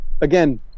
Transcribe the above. again